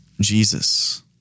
Jesus